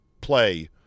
play